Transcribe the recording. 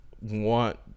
Want